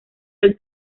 del